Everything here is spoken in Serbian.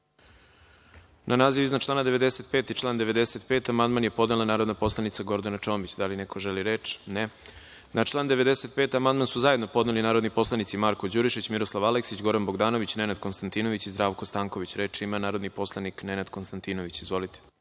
Na naziv iznad člana 95. i član 95. amandman je podnela narodni poslanik Gordana Čomić. Da li neko želi reč? (Ne)Na član 95. amandman su zajedno podneli narodni poslanici Marko Đurišić, Miroslav Aleksić, Goran Bogdanović, Nenad Konstantinović i Zdravko Stanković. Reč ima narodni poslanik Nenad Konstantinović. Izvolite.